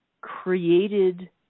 created